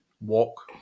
walk